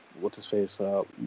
what's-his-face